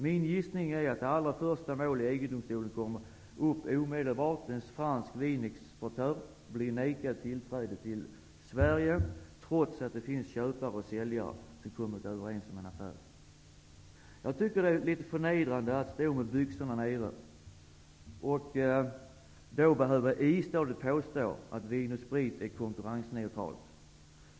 Min gissning är att det allra första målet i EG domstolen kommer upp omedelbart. En fransk vinexportör blir nekad tillträde till Sverige, trots att det finns köpare och säljare som kommit överens om en affär. Jag tycker att det är litet förnedrande att stå med byxorna nere och istadigt behöva påstå att Vin & Sprit är konkurrensneutralt.